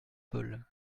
paul